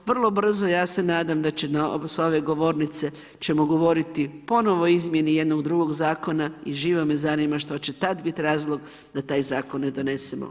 Vrlo brzo, ja se nadam da će s ove govornice ćemo govoriti ponovo o izmjeni jednog drugog zakona i živo me zanima što će tad biti razlog da taj zakon ne donesemo.